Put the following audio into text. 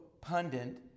pundit